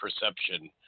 perception